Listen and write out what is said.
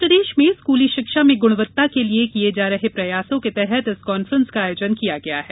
मध्यप्रदेश में स्कूली शिक्षा में ग्णवत्ता के लिये किये जा रहे प्रयासों के तहत इस कान्फ्रेंस का आयोजन किया गया है